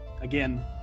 again